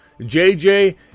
jj